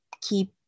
keep